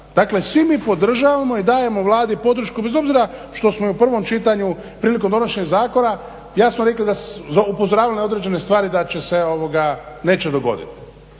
dakle svi mi podržavamo i dajemo Vladi podršku bez obzira što smo u prvom čitanju prilikom donošenja zakona jasno rekli da se, upozoravali na određene stvari da se neće dogodit.